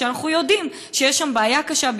כשאנחנו יודעים שיש שם בעיה קשה,